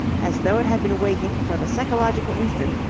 as though it had been waiting for the psychological instant,